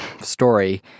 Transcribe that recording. story